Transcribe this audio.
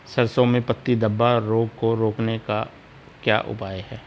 सरसों में पत्ती धब्बा रोग को रोकने का क्या उपाय है?